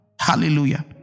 Hallelujah